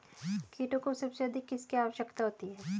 कीटों को सबसे अधिक किसकी आवश्यकता होती है?